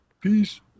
peace